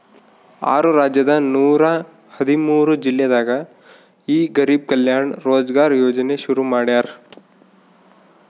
ಆರು ರಾಜ್ಯದ ನೂರ ಹದಿಮೂರು ಜಿಲ್ಲೆದಾಗ ಈ ಗರಿಬ್ ಕಲ್ಯಾಣ ರೋಜ್ಗರ್ ಯೋಜನೆ ಶುರು ಮಾಡ್ಯಾರ್